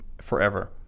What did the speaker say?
forever